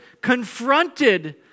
confronted